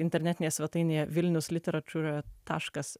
internetinėje svetainėje vilnius literatūra taškas